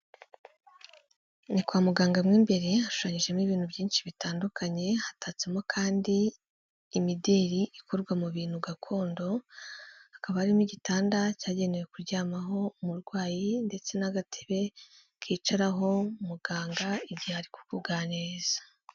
Ni kwa muganga mo imbere hashunyijemo ibintu byinshi bitandukanye, hatatsemo kandi imideri ikorwa mu bintu gakondo, hakaba harimo igitanda cyagenewe kuryamaho umurwayi ndetse n'agatebe kicaraho muganga igihe ari kukuganiriza.